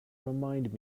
remind